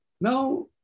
Now